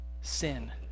sin